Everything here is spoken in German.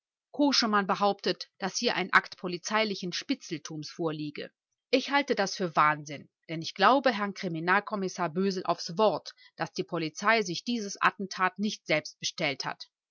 koschemann behauptet daß hier ein akt polizeilichen spitzeltums vorliege ich halte das für wahnsinn denn ich glaube herrn kriminalkommissar bösel aufs wort daß die polizei sich dies attentat nicht selbst bestellt hat